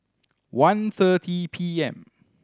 one thirty P M